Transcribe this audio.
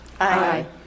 Aye